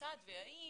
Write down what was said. כיצד והאם